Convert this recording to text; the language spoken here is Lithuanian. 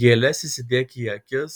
gėles įsidėk į akis